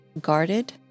guarded